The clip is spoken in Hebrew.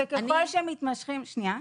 שנייה,